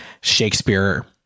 Shakespeare